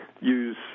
use